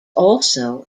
also